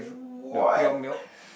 what